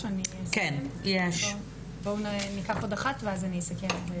עוד אחת ואז אני אסכם.